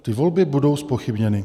Ty volby budou zpochybněny.